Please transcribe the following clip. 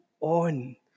on